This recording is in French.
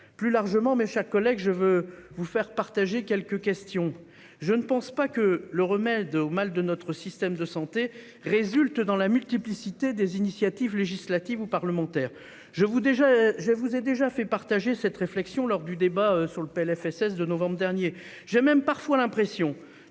Plus largement, mes chers collègues, je veux vous faire partager quelques interrogations. Je ne pense pas que le remède aux maux de notre système de santé réside dans la multiplicité des initiatives législatives ou parlementaires. Je vous ai déjà fait part de cette réflexion lors du débat sur le projet de loi de financement